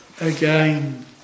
again